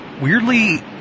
Weirdly